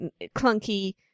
clunky